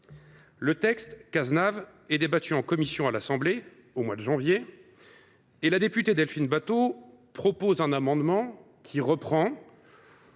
Le texte Cazenave est débattu en commission à l’Assemblée nationale au mois de janvier et la députée Delphine Batho propose un amendement visant